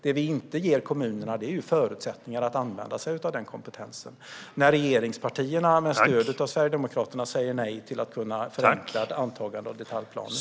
Det vi inte ger kommunerna är förutsättningar att använda sig av den kompetensen, då regeringspartierna med stöd av Sverigedemokraterna säger nej till att förenkla antagandet av detaljplaner.